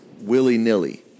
willy-nilly